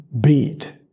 beat